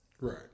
Right